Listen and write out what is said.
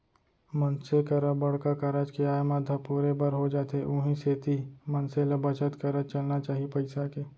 मनसे करा बड़का कारज के आय म धपोरे बर हो जाथे उहीं सेती मनसे ल बचत करत चलना चाही पइसा के